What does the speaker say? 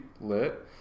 Lit